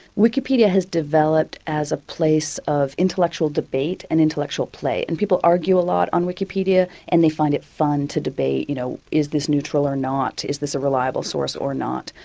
wikipedia has developed as a place of intellectual debate and intellectual play. and people argue a lot on wikipedia and they find it fun to debate, you know, is this neutral or not? is this a reliable source or not?